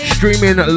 Streaming